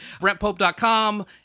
brentpope.com